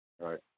right